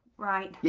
right. yeah.